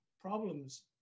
problems